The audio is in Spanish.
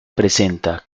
presenta